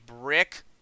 brick